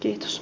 kiitos